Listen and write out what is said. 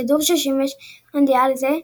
הכדור ששימש במונדיאל זה,